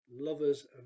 lovers